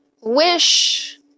Wish